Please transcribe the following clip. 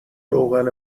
روغن